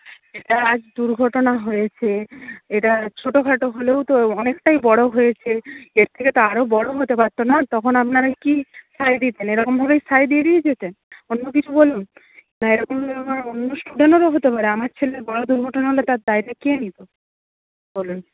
এটা আজ দুর্ঘটনা হয়েছে এটা ছোটো খাটো হলেও তো অনেকটাই বড়ো হয়েছে যে এর থেকে তো আরো বড়ো হতে পারত না তখন আপনারা কি সায় দিতেন এরকম ভাবেই সায় দিয়ে দিয়ে যেতেন অন্য কিছু বলুন এরকম অন্য স্টুডেন্টেরও হতে পারে আমার ছেলে বড়ো দুর্ঘটনা হলে তার দায়টা কে নিত বলুন